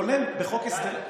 כולל בחוק הסדרים,